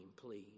please